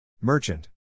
Merchant